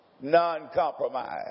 Non-compromise